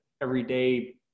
everyday